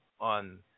on